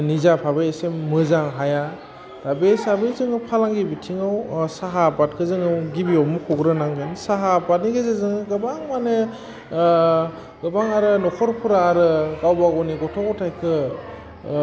निजा फाबै एसे मोजां हाया दा बे हिसाबै जोङो फालांगि बिथिङाव साहा आबादखौ जोङो गिबियाव मुख'ग्रोनांगोन साहा आबादनि गेजेरजों गोबां माने गोबां आरो नखरफोरा आरो गावबा गावनि गथ' गथायखौ